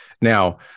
Now